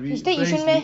he stay yishun meh